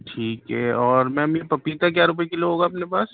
ٹھیک ہے اور میم یہ پپیتا کیا روپئے کلو ہوگا اپنے پاس